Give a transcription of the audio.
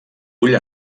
ull